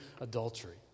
adultery